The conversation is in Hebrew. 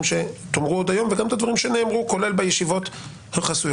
שתאמרו עוד היום וגם את הדברים שנאמרו כולל בישיבות החסויות,